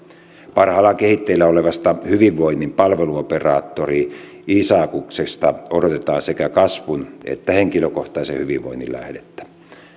parhaillaan kehitteillä olevasta hyvinvoinnin palveluoperaattori isaacuksesta odotetaan sekä kasvun että henkilökohtaisen hyvinvoinnin lähdettä